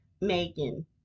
Megan